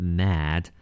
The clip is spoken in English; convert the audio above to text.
mad